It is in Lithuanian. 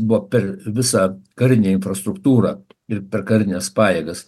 buvo per visą karinę infrastruktūrą ir per karines pajėgas